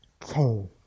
came